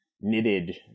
knitted